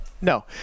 No